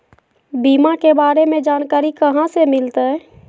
बीमा के बारे में जानकारी कहा से मिलते?